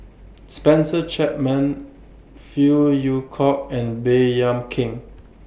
Spencer Chapman Phey Yew Kok and Baey Yam Keng